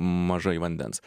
mažai vandens